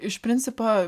iš principo